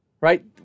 right